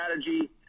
strategy